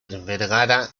vergara